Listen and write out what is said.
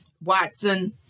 Watson